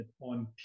on